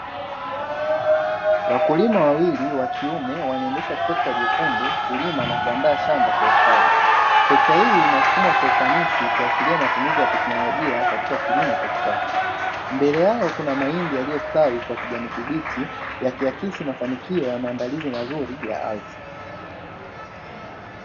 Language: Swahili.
Wakulima wawili wa kiume wanaendesha trekta jekundu kulima na kuandaa shamba kwa ustadi, trekta hii linasukumwa kwa ufanisi ikiashiria matumizi ya teknolojia Katika kilimo cha kisasa. Mbele yao kuna mahindi yaliyostawi kwa kijani kibichi yakiakisi mafanikio ya maandalizi mazuri ya ardhi.